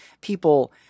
people